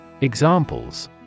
Examples